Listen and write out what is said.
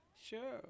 Sure